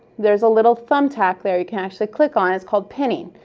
there's a little thumbtack there you can actually click on. it's called pinning.